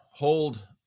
hold